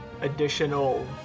additional